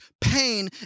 pain